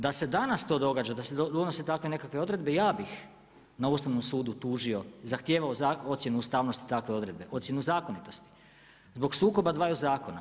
Da se danas to događa, da se donose takve nekakve odredbe, ja bih, na Ustavnom sudio, zahtijevao ocjenu ustavnosti takve odredbe, ocjenu zakonitosti, zbog sukoba dvaju zakona.